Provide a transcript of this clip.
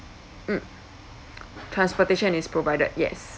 mm transportation is provided yes